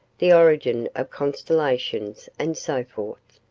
the origin of constellations, and so forth.